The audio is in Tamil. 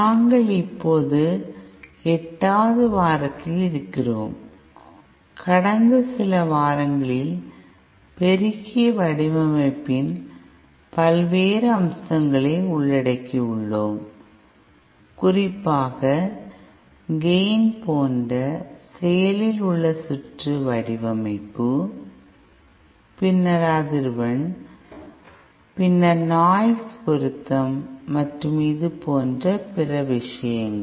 நாங்கள் இப்போது எட்டாவது வாரத்தில் இருக்கிறோம் கடந்த சில வாரங்களில் பெருக்கி வடிவமைப்பின் பல்வேறு அம்சங்களை உள்ளடக்கியுள்ளோம் குறிப்பாக கேய்ன் போன்ற செயலில் உள்ள சுற்று வடிவமைப்பு பின்னர் அதிர்வெண் பதில் பின்னர் நாய்ஸ் பொருத்தம் மற்றும் இது போன்ற பிற விஷயங்கள்